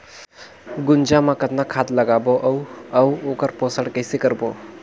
गुनजा मा कतना खाद लगाबो अउ आऊ ओकर पोषण कइसे करबो?